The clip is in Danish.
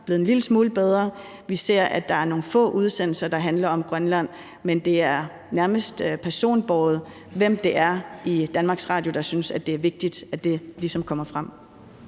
Det er blevet en lille smule bedre. Vi ser, at der er nogle få udsendelser, der handler om Grønland, men det er nærmest personbåret, hvem det er i DR, der synes, det er vigtigt, at det ligesom kommer frem.